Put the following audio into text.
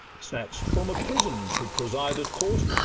snatch'd from a prison to preside at court,